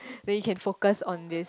then you can focus on this